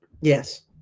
Yes